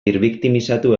birbiktimizatu